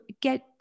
get